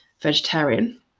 vegetarian